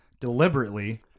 deliberately